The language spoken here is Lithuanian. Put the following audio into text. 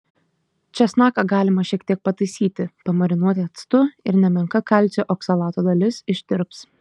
česnaką galima šiek tiek pataisyti pamarinuoti actu ir nemenka kalcio oksalato dalis ištirps